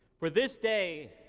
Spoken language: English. for this day,